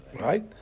right